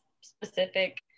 specific